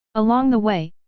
along the way,